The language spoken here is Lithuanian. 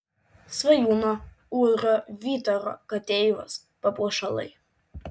svajūno udrio vytaro kateivos papuošalai